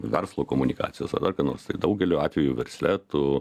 verslo komunikacijos ar dar ką nors tai daugeliu atvejų versle tu